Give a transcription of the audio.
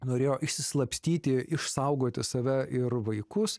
norėjo išsislapstyti išsaugoti save ir vaikus